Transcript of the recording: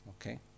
Okay